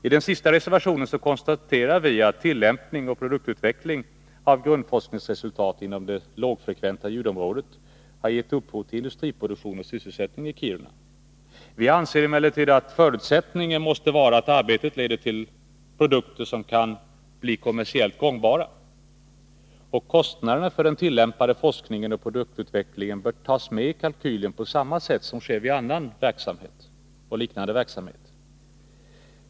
I den sista reservationen konstaterar vi att tillämpning och produktutveckling av grundforskningsresultat inom det lågfrekventa ljudområdet har givit upphov till industriproduktion och sysselsättning i Kiruna. Vi anser emellertid att förutsättningen måste vara att arbetet leder till produkter som kan bli kommersiellt gångbara. Kostnaderna för den tillämpade forskningen och produktutvecklingen bör tas med i kalkylen på samma sätt som sker vid annan liknande verksamhet.